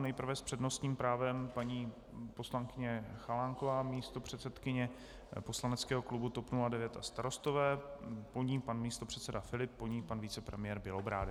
Nejprve s přednostním právem paní poslankyně Chalánková, místopředsedkyně poslaneckého klubu TOP 09 a Starostové, po ní pan místopředseda Filip, po něm pan vicepremiér Bělobrádek.